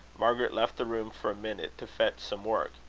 margaret left the room for a minute, to fetch some work.